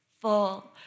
full